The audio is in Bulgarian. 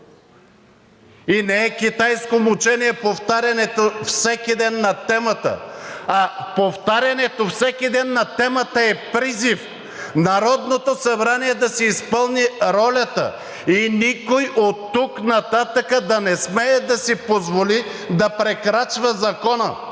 и не е китайско мъчение повтарянето всеки ден на темата, а повтарянето всеки ден на темата е призив Народното събрание да си изпълни ролята и никой оттук нататък да не смее да си позволи да прекрачва закона